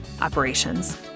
operations